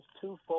twofold